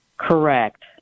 Correct